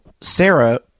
Sarah